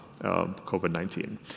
COVID-19